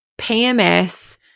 PMS